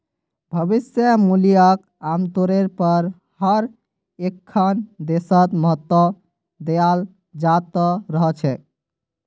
भविष्य मूल्यक आमतौरेर पर हर एकखन देशत महत्व दयाल जा त रह छेक